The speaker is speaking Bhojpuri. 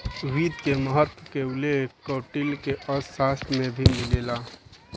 वित्त के महत्त्व के उल्लेख कौटिल्य के अर्थशास्त्र में भी मिलेला